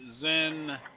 Zen